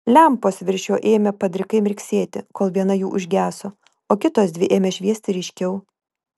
lempos virš jo ėmė padrikai mirksėti kol viena jų užgeso o kitos dvi ėmė šviesti ryškiau